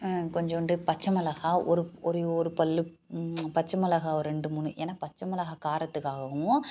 கொஞ்சோன்டு பச்சை மிளகாய் ஒரு ஒரே ஒரு பல் பச்சை மிளகாய் ஒரு ரெண்டு மூணு ஏன்னால் பச்சை மிளகாய் காரத்துக்காகவும்